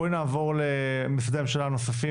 בואי נעבור למשרדי הממשלה הנוספים,